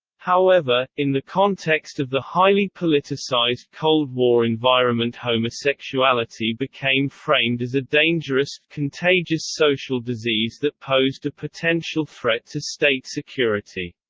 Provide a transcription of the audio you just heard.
however, in the context of the highly politicised cold war environment homosexuality became framed as a dangerous, contagious social disease that posed a potential threat to state security.